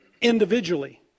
individually